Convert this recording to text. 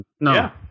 No